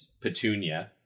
Petunia